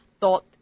Thought